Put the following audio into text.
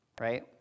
right